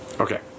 Okay